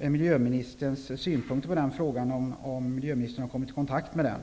vad miljöministern har för synpunkter i den frågan och om han har kommit i kontakt med den.